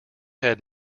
head